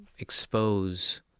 expose